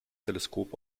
teleskop